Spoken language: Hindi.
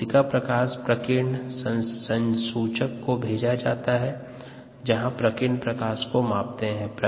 कोशिका प्रकाश प्रकीर्ण संसूचक को भेजा जाता है जहाँ प्रकीर्णन प्रकाश को मापते है